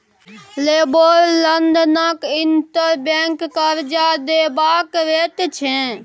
LIBOR लंदनक interbank करजा देबाक रेट छै